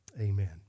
amen